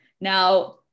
Now